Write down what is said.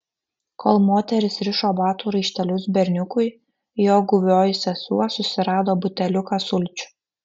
kol moteris rišo batų raištelius berniukui jo guvioji sesuo susirado buteliuką sulčių